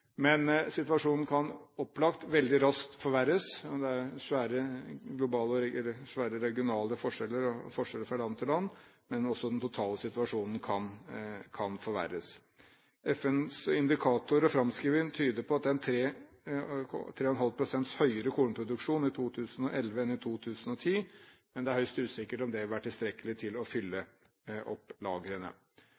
land, men også den totale situasjonen kan forverres. FNs indikator og framskrivning tyder på at det er 3,5 pst. høyere kornproduksjon i 2011 enn i 2010, men det er høyst usikkert om det vil være tilstrekkelig til å fylle